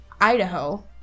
Idaho